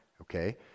okay